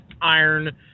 iron